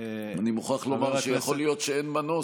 אני מוכרח לומר שיכול להיות שאין מנוס.